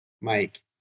Mike